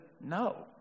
No